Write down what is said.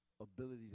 ability